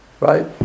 right